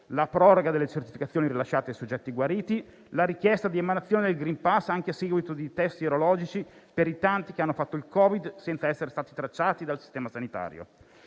la proroga delle certificazioni rilasciate ai soggetti guariti; la richiesta di emanazione del *green pass* anche a seguito di test sierologici per i tanti che hanno avuto il Covid-19 senza essere stati tracciati dal sistema sanitario.